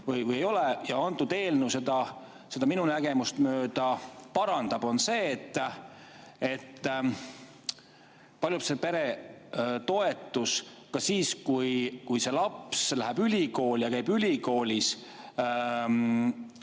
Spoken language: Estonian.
puudub ja antud eelnõu seda minu nägemust mööda parandab, on see, et paljulapselise pere toetus ka siis, kui see laps läheb ülikooli ja käib ülikoolis,